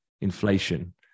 inflation